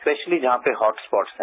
freshly जहां पर hot spot हैं